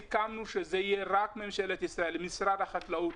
סיכמנו שזה יהיה רק ממשלת ישראל, משרד החקלאות,